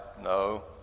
No